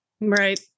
Right